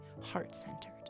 heart-centered